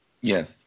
Yes